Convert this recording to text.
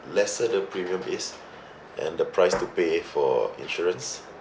lesser the premium is and the price to pay for insurance